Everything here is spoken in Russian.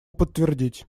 подтвердить